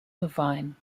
levine